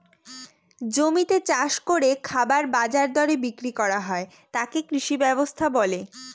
জমিতে চাষ করে খাবার বাজার দরে বিক্রি করা হয় তাকে কৃষি ব্যবস্থা বলে